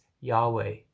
Yahweh